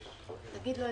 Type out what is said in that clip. אני מבקש שתגידו את